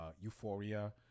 Euphoria